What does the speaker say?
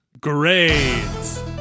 grades